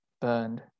burned